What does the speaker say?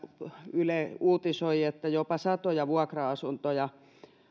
yle uutisoi että jopa satoja vuokra asuntoja